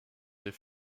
des